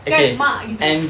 kan mak gitu